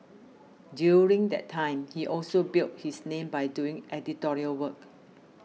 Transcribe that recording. during that time he also built his name by doing editorial work